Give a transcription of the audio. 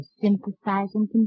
sympathizing